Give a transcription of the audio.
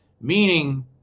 meaning